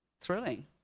thrilling